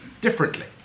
differently